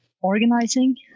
organizing